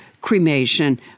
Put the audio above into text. cremation